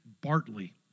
Bartley